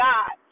God